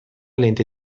lente